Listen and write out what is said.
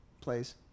Plays